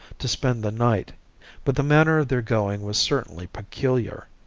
to spend the night but the manner of their going was certainly peculiar.